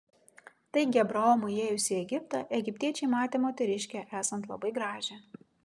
taigi abraomui įėjus į egiptą egiptiečiai matė moteriškę esant labai gražią